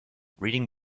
reading